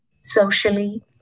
socially